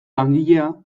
langilea